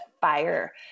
fire